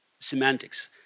semantics